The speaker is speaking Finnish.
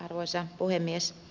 arvoisa puhemies